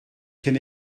cyn